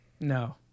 No